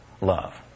love